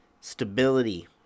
stability